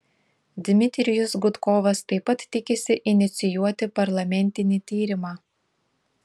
dmitrijus gudkovas taip pat tikisi inicijuoti parlamentinį tyrimą